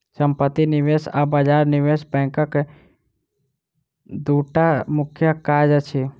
सम्पत्ति निवेश आ बजार निवेश बैंकक दूटा मुख्य काज अछि